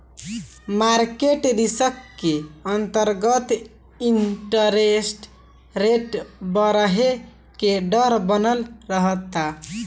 market risk के अंतरगत interest rate बरहे के डर बनल रहता